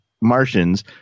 Martians